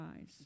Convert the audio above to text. eyes